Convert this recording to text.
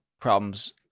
problems